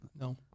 No